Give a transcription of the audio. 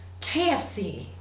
KFC